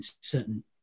certain